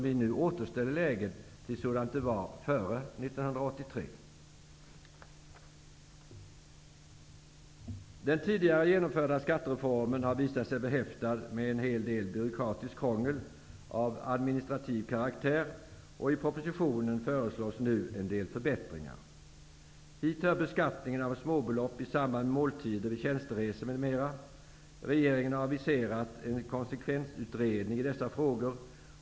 Vi återställer ju nu läget till vad det var före Den tidigare genomförda skattereformen har visat sig behäftad med en hel del byråkratiskt krångel av administrativ karaktär. I propositionen föreslås nu en del förbättringar. Hit hör beskattningen av småbelopp i samband med måltider vid tjänsteresor m.m. Regeringen har aviserat en konsekvensutredning i dessa frågor.